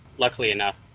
luckily enough,